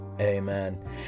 amen